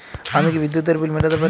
আমি কি বিদ্যুতের বিল মেটাতে পারি?